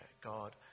God